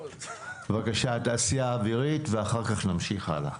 בבקשה תעשייה אווירית ואחר כך נמשיך הלאה.